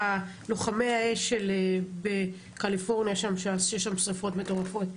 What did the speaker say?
לוחמי האש בקליפורניה שיש שם שריפות מטורפות,